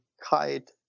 kite